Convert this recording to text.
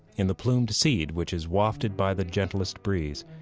in the plumed seed, which is wafted by the gentlest breeze.